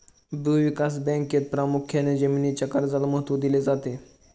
भूविकास बँकेत प्रामुख्याने जमीनीच्या कर्जाला महत्त्व दिले जाते